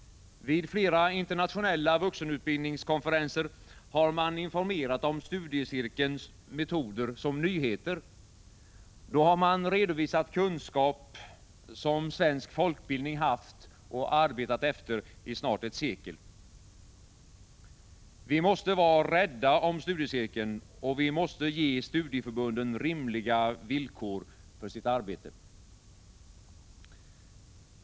Vid flera internatio nella vuxenutbildningskonferenser har man informerat om studiecirkelns metoder som nyheter. Då har man redovisat en kunskap som svensk folkbildning haft — och arbetat efter — i snart ett sekel! Vi måste vara rädda om studiecirkeln, och vi måste ge studieförbunden rimliga villkor för sitt arbete.